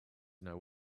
know